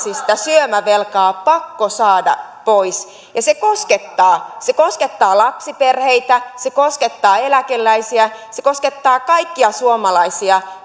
syömävelkaamme pakko saada pois se koskettaa se koskettaa lapsiperheitä se koskettaa eläkeläisiä se koskettaa kaikkia suomalaisia